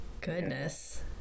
Goodness